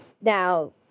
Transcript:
Now